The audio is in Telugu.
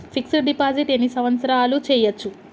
ఫిక్స్ డ్ డిపాజిట్ ఎన్ని సంవత్సరాలు చేయచ్చు?